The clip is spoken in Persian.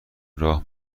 راه